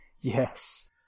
Yes